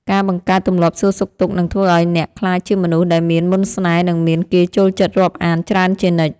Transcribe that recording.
ការបង្កើតទម្លាប់សួរសុខទុក្ខនឹងធ្វើឱ្យអ្នកក្លាយជាមនុស្សដែលមានមន្តស្នេហ៍និងមានគេចូលចិត្តរាប់អានច្រើនជានិច្ច។